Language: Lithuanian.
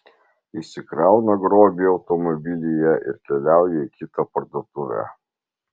išsikrauna grobį automobilyje ir keliauja į kitą parduotuvę